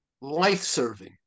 life-serving